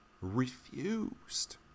refused